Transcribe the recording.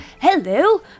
hello